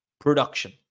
production